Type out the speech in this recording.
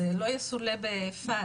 זה לא יסולא בפז,